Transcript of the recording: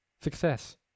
success